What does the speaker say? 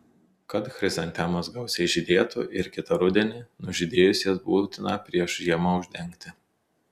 kad chrizantemos gausiai žydėtų ir kitą rudenį nužydėjus jas būtina prieš žiemą uždengti